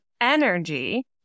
energy